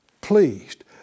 pleased